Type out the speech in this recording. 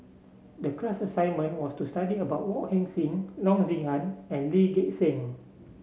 the class assignment was to study about Wong Heck Sing Loo Zihan and Lee Gek Seng